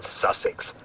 Sussex